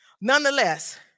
Nonetheless